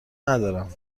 ندارم